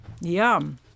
Yum